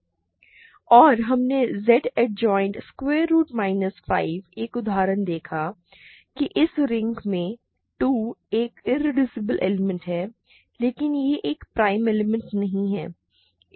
और हमने Z adjoint square root minus 5 एक उदाहरण देखा कि इस रिंग में 2 एक इरेड्यूसिबल एलिमेंट है लेकिन यह एक प्राइम एलिमेंट नहीं है